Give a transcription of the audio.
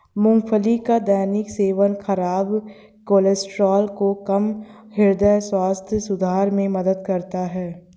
मूंगफली का दैनिक सेवन खराब कोलेस्ट्रॉल को कम, हृदय स्वास्थ्य सुधार में मदद करता है